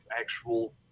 actual